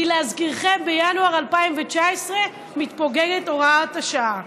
כי להזכירכם בינואר 2019 מתפוגגת הוראת השעה.